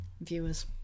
viewers